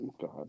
God